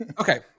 Okay